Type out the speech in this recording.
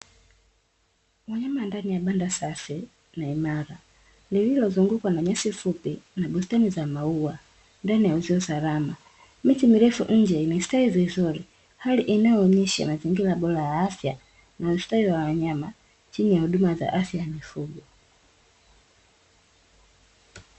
Wanyama ndani ya banda safi na imara lililozungukwa na nyasi fupi na bustani za maua, ndani ya uzio salama. Miti mirefu nje imestawi vizuri, hali inayoonyesha mazingira bora ya afya na ustawi wa wanyama, chini ya huduma za afya ya mifugo.